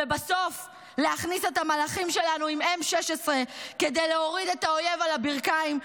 ובסוף להכניס את המלאכים שלנו עם M16 כדי להוריד את האויב על הברכיים,